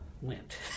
went